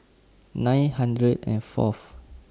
nine hundred and Fourth